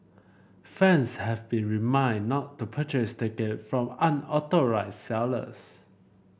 fans have been remind not to purchase ticket from unauthorised sellers